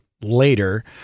later